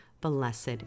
blessed